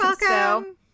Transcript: welcome